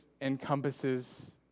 encompasses